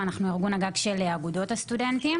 ואנחנו ארגון הגג של אגודות הסטודנטים.